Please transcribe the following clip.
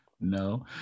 No